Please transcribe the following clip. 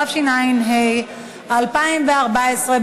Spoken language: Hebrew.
התשע"ה 2014,